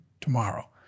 tomorrow